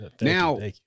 Now